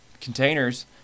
containers